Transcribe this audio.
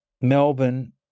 Melbourne